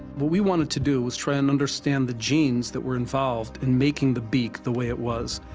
what we wanted to do was try and understand the genes that were involved in making the beak the way it was,